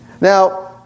Now